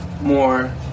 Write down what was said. more